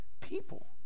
people